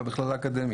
במכללה האקדמית,